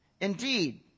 Indeed